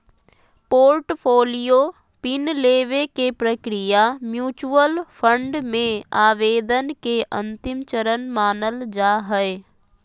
portfolio pin लेबे के प्रक्रिया म्यूच्यूअल फंड मे आवेदन के अंतिम चरण मानल जा हय